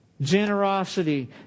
Generosity